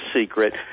Secret